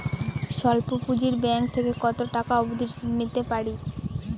স্বল্প পুঁজির ব্যাংক থেকে কত টাকা অবধি ঋণ পেতে পারি?